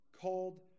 called